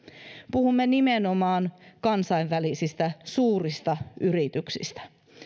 puhumme nimenomaan kansainvälisistä suurista yrityksistä